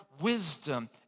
wisdom